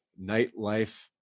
nightlife